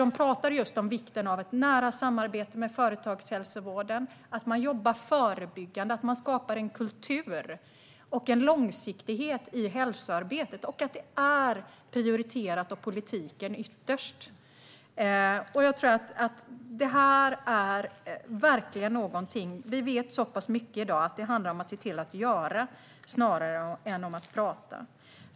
De pratade just om vikten av ett nära samarbete med företagshälsovården, att man jobbar förebyggande, att man skapar en kultur och en långsiktighet i hälsoarbetet och att det är någonting som ytterst prioriteras av politiken. Jag tror verkligen att det här är någonting. Vi vet så pass mycket i dag att det handlar om att se till att göra snarare än om att prata.